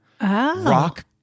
rock